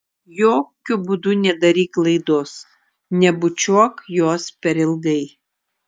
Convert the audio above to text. jokiu būdu nedaryk klaidos nebučiuok jos per ilgai